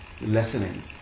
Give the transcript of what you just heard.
lessening